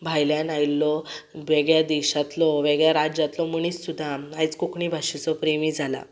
भायल्यान आयल्लो वेगळ्या देशांतलो वेगळ्या राज्यांतलो मनीस सुद्दां आयज कोंकणी भाशेचो प्रेमी जाला